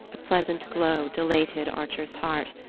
a pleasant glow dilated archer's heart.